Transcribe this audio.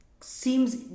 seems